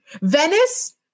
Venice